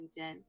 LinkedIn